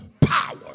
power